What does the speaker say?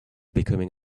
becoming